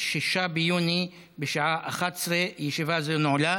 6 ביוני, בשעה 11:00. ישיבה זו נעולה.